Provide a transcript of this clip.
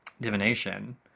Divination